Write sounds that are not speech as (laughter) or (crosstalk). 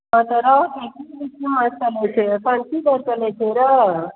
अच्छा रोहु (unintelligible) एतऽ की दर चलै छै रोहु